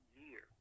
year